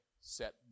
set